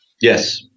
Yes